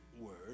word